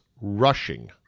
rushing